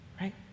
Right